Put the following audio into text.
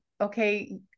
okay